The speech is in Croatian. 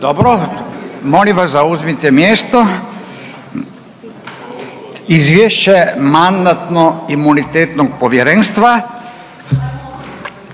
Molim vas zauzmite mjesto. Izvješće Mandatno-imunitetnog povjerenstva